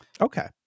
Okay